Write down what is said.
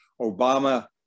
Obama